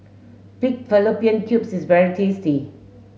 Pig Fallopian Tubes is very tasty